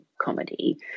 comedy